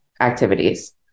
activities